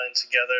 together